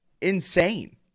insane